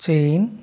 China